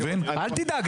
אל תדאג,